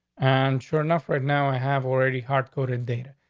and sure enough, right now, i have already hard coded data.